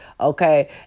Okay